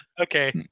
Okay